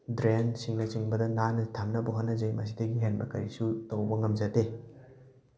ꯗ꯭ꯔꯦꯟꯁꯤꯡꯅ ꯆꯤꯡꯕꯗ ꯅꯥꯟꯅ ꯊꯝꯅꯕ ꯍꯣꯠꯅꯖꯩ ꯃꯁꯤꯗꯒꯤ ꯍꯦꯟꯕ ꯀꯔꯤꯁꯨ ꯇꯧꯕ ꯉꯝꯖꯗꯦ